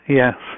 yes